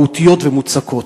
מהותיות ומוצקות.